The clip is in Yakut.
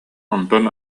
онтон